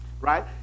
right